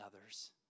others